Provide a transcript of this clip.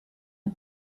der